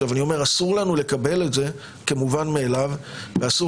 אסור לנו לקבל את זה כמובן מאליו ואסור